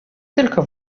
tylko